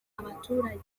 abaturage